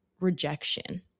rejection